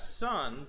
son